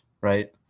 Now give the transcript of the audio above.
right